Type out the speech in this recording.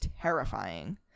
terrifying